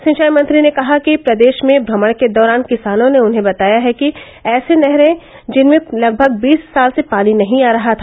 सिंचाई मंत्री ने कहा की प्रदेश में भ्रमण के दौरान किसानों ने उन्हें बताया है कि ऐसे नहरें जिनमें लगभग बीस साल से पानी नहीं आ रहा था